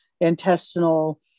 intestinal